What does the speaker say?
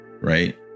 right